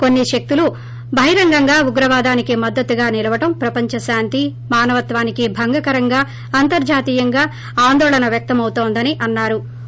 కొన్పి శక్తులు బహిరంగంగా ఉగ్రవాదానికి మద్దతుగా నిలవడం ప్రపంచ శాంతి మానవత్వానికి భంగకరమని అంతర్జాతీయంగా ఆందోళన వ్యక్తమవుతోందని అన్నా రు